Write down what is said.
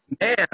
man